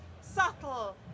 subtle